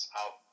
out